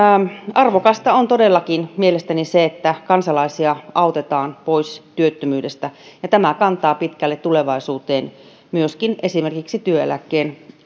arvokasta on todellakin mielestäni se että kansalaisia autetaan pois työttömyydestä ja tämä kantaa pitkälle tulevaisuuteen myöskin esimerkiksi työeläkkeen